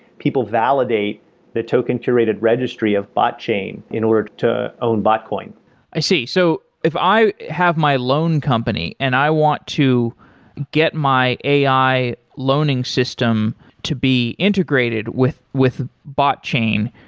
people validate the token curated registry of botchain in order to own botcoin i see. so if i have my loan company and i want to get my ai loaning system to be integrated with with botchain,